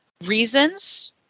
reasons